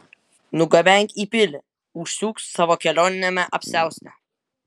nugabenk į pilį užsiūk savo kelioniniame apsiauste